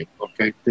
okay